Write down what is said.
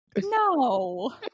no